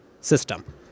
system